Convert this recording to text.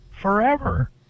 forever